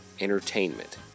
entertainment